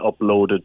uploaded